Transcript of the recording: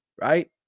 right